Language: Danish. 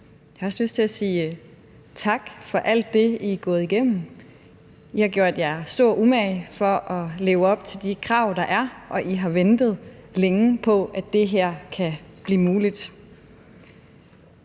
Jeg har også lyst til at sige tak for alt det, I er gået igennem. I har gjort jer stor umage for at leve op til de krav, der er, og I har ventet længe på, at det her kan blive muligt.